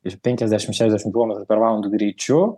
iš penkiasdešimt šešiasdešimt kilometrų per valandą greičiu